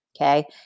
okay